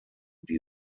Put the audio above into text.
die